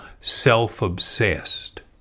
self-obsessed